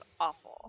awful